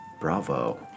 Bravo